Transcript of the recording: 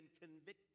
convicted